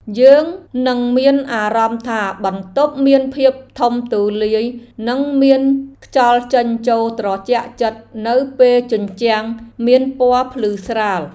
យើងនឹងមានអារម្មណ៍ថាបន្ទប់មានភាពធំទូលាយនិងមានខ្យល់ចេញចូលត្រជាក់ចិត្តនៅពេលជញ្ជាំងមានពណ៌ភ្លឺស្រាល។